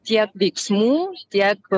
tiek veiksmų tiek